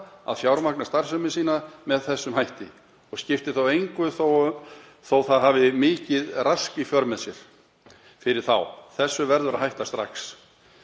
að fjármagna starfsemi sína með þessum hætti og skiptir engu þótt það hafi mikið rask í för með sér fyrir þá. Þessu verður að hætta strax.